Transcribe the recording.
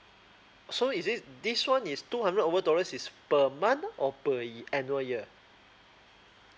so is it this one is two hundred over dollars is per month or per annual year